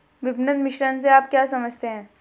विपणन मिश्रण से आप क्या समझते हैं?